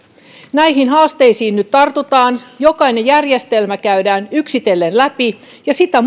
näihin haasteisiin nyt tartutaan jokainen järjestelmä käydään yksitellen läpi ja sitä